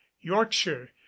yorkshire